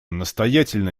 настоятельно